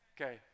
Okay